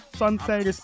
sunset